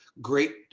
great